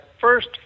first